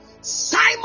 Simon